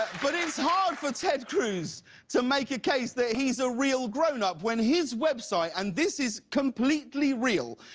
but it's hard for ted cruz to make a case that he's a real grownup when his website, and this is completely real,